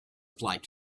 flight